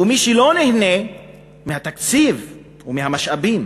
ומי שלא נהנה מהתקציב ומהמשאבים